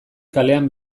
kalean